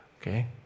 okay